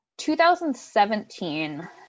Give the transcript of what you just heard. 2017